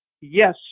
yes